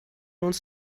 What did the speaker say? uns